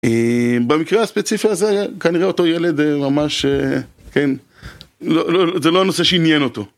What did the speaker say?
במקרה הספציפי הזה, כנראה אותו ילד ממש, כן, זה לא הנושא שעניין אותו.